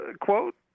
quote